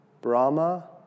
Brahma